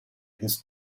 his